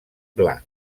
blanc